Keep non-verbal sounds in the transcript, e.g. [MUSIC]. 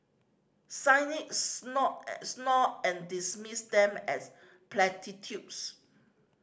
cynics [UNINTELLIGIBLE] snort and dismiss them as platitudes